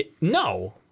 No